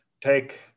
take